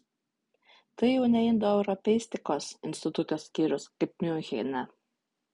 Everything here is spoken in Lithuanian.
tai jau ne indoeuropeistikos instituto skyrius kaip miunchene